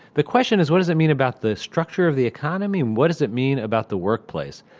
the question is, what does it mean about the structure of the economy and what does it mean about the workplace?